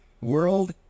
world